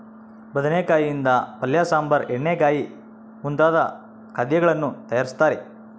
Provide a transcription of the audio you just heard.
ಬದನೆಕಾಯಿ ಯಿಂದ ಪಲ್ಯ ಸಾಂಬಾರ್ ಎಣ್ಣೆಗಾಯಿ ಮುಂತಾದ ಖಾದ್ಯಗಳನ್ನು ತಯಾರಿಸ್ತಾರ